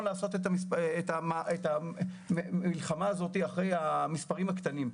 לעשות את המלחמה הזאת אחרי המספרים הקטנים.